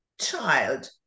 child